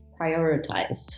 prioritized